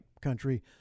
country